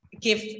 give